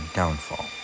downfall